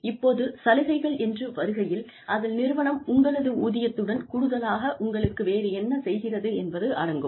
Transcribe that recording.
இப்போது சலுகைகள் என்று வருகையில் அதில் நிறுவனம் உங்களது ஊதியத்துடன் கூடுதலாக உங்களுக்கு வேறு என்ன செய்கிறது என்பது அடங்கும்